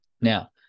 Now